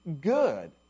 good